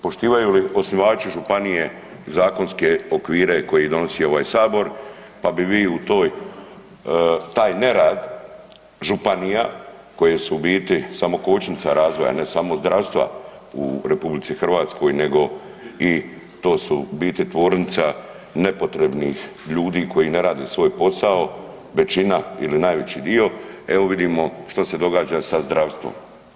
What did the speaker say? Poštivaju li osnivači, županije, zakonske okvire koje donosi ovaj Sabor pa bi vi u toj, taj nerad županije koje su u biti samo kočnica razvoja, ne samo zdravstva u RH, nego i to su u biti tvornica nepotrebnih ljudi koji ne rade svoj posao, većina ili najveći dio, evo, vidimo što se događa sa zdravstvom?